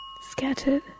Scattered